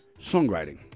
songwriting